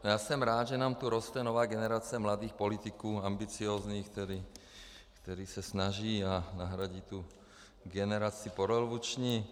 Já jsem rád, že nám tu roste nová generace mladých politiků, ambiciózních, kteří se snaží a nahradí tu generaci porevoluční.